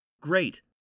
Great